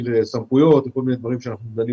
אנחנו דנים